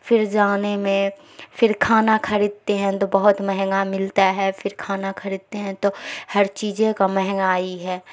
پھر جانے میں پھر کھانا خریدتے ہیں تو بہت مہنگا ملتا ہے پھر کھانا خریدتے ہیں تو ہر چیز کا مہنگائی ہے